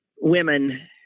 women